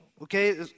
Okay